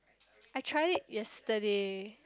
I tried it yesterday